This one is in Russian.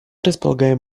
располагаем